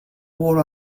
war